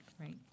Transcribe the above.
right